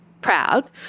proud